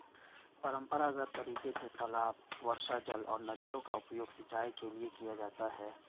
परम्परागत तरीके से तालाब, वर्षाजल और नदियों का उपयोग सिंचाई के लिए किया जाता है